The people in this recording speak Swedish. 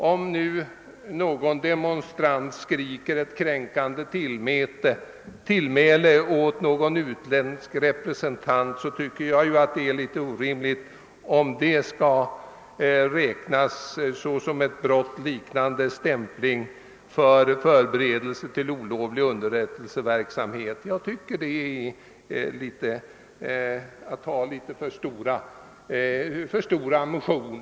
Om en demonstrant kastar ut ett kränkande tillmäle mot en representant för ett främmande land, anser jag det vara litet orimligt att det bedöms lika hårt som stämplig eller förberedelse till olovlig underrättelseverksamhet; det är att ta till litet för kraftig ammunition.